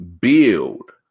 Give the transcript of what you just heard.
build